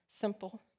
simple